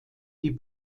die